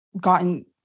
gotten